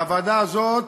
לוועדה הזאת